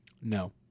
no